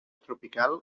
tropical